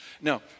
Now